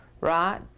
right